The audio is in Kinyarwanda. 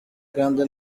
kandi